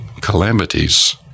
calamities